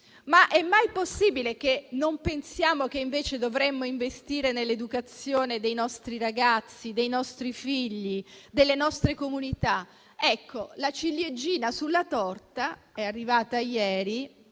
Ma è mai possibile che non pensiamo che dovremmo investire nell'educazione dei nostri ragazzi, dei nostri figli, delle nostre comunità? La ciliegina sulla torta è arrivata ieri